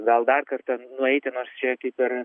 gal dar kartą nueiti nors čia kaip ir